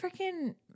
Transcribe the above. freaking